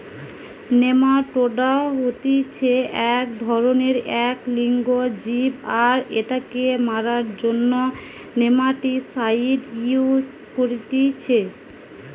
nematoda হতিছে এক ধরণেরএক লিঙ্গ জীব আর এটাকে মারার জন্য নেমাটিসাইড ইউস করতিছে